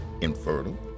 infertile